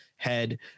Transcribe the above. head